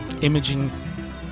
imaging